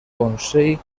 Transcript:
consell